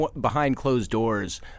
behind-closed-doors